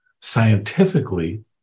scientifically